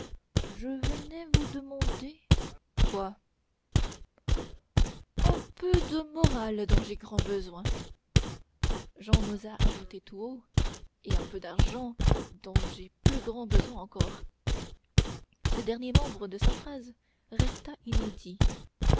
je venais vous demander quoi un peu de morale dont j'ai grand besoin jehan n'osa ajouter tout haut et un peu d'argent dont j'ai plus grand besoin encore ce dernier membre de sa phrase resta inédit